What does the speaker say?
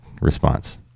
response